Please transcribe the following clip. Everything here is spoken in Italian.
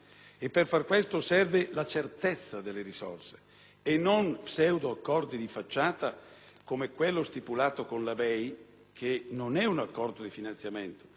Per far questo serve la certezza delle risorse, non pseudoaccordi di facciata, come quello stipulato con la BEI, che non è un accordo di finanziamento,